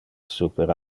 super